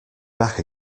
back